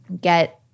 get